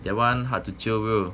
that one hard to jio bro